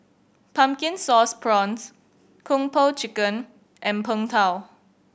Pumpkin Sauce Prawns Kung Po Chicken and Png Tao